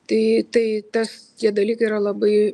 tai tai tas tie dalykai yra labai